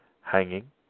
hanging